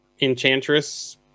Enchantress